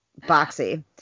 Boxy